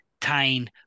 tying